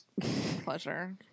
pleasure